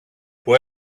που